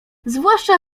zwłaszcza